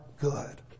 good